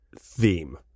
theme